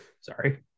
Sorry